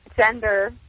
gender